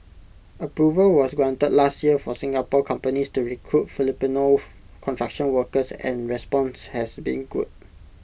approval was granted last year for Singapore companies to recruit Filipino construction workers and response has been good